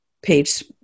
page